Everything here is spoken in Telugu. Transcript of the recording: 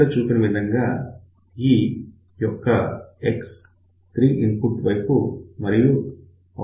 ఇక్కడ చూపిన విధంగా ఈ యొక్క X3 ఇన్పుట్ వైపు మరియు ఔట్పుట్ వైపు కూడా ఉంది